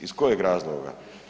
Iz kojeg razloga?